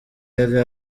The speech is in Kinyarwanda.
yari